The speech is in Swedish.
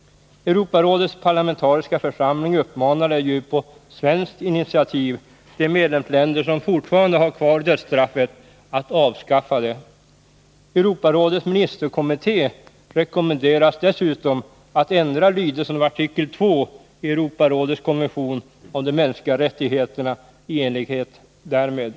Europarådets parlamentariska församling uppmanade ju på svenskt initiativ de medlemsländer som fortfarande har kvar dödsstraffet att avskaffa det. Europarådets ministerkommitté rekommenderas dessutom att ändra lydelsen av artikel 2 i Europarådets konvention om de mänskliga rättigheterna i enlighet därmed.